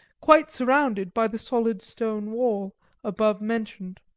quite surrounded by the solid stone wall above mentioned.